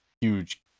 huge